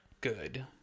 good